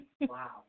Wow